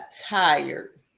tired